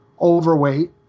overweight